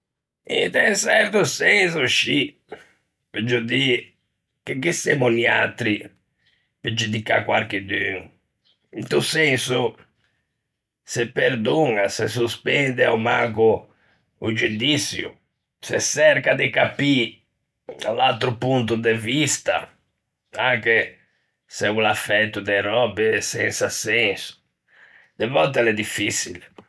Int'un çerto senso scì, veuggio dî che chi semmo niatri pe giudicâ quarchidun. Inte sto senso, se perdoña, se sospende a-o manco o giudiçio, se çerca de capî l'atro ponto de vista, anche se o l'à fæto de röbe sensa senso. De vòtte l'é diffiçile.